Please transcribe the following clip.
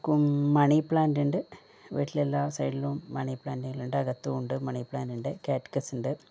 money plant ഉണ്ട് വീടിൻ്റെ എല്ലാ സൈഡിലും മണിപ്ലാൻറ്കളുണ്ട് അകത്തൂണ്ട് മണിപ്ലാൻറ് ഉണ്ട് ക്യാറ്റ്കസ് ഉണ്ട്